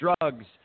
drugs